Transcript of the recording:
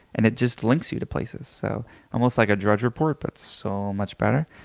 and it just links you to places. so almost like a drudge report but so much better.